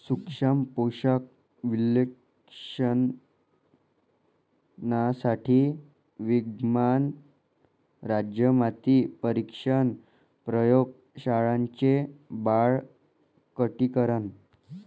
सूक्ष्म पोषक विश्लेषणासाठी विद्यमान राज्य माती परीक्षण प्रयोग शाळांचे बळकटीकरण